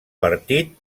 partit